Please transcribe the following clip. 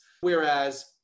Whereas